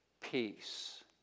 peace